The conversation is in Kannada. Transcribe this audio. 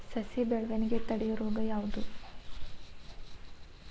ಸಸಿ ಬೆಳವಣಿಗೆ ತಡೆಯೋ ರೋಗ ಯಾವುದು?